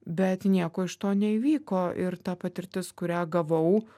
bet nieko iš to neįvyko ir ta patirtis kurią gavau